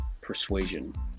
persuasion